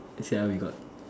ya Sia we got